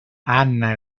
anna